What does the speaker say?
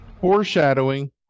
Foreshadowing